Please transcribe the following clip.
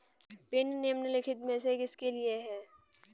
Pin निम्नलिखित में से किसके लिए है?